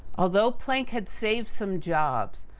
although, planck had saved some jobs,